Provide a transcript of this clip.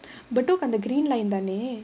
bedok on the green line தானே:dhaanae